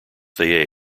they